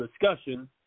discussion